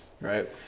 right